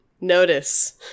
notice